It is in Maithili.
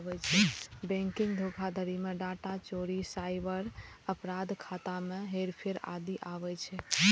बैंकिंग धोखाधड़ी मे डाटा चोरी, साइबर अपराध, खाता मे हेरफेर आदि आबै छै